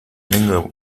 venga